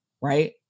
right